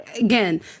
again